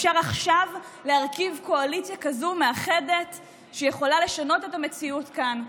אפשר עכשיו להרכיב קואליציה כזאת מאחדת שיכולה לשנות את המציאות כאן,